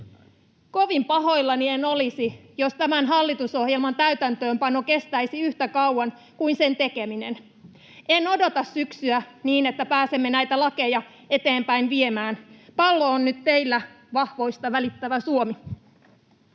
Kovin pahoillani en olisi, jos tämän hallitusohjelman täytäntöönpano kestäisi yhtä kauan kuin sen tekeminen. En odota syksyä, niin että pääsemme näitä lakeja eteenpäin viemään. Pallo on nyt teillä, vahvoista välittävä Suomi.